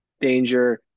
danger